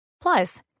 Plus